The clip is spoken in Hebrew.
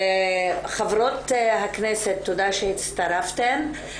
חברות הכנסת, תודה שהצטרפתן.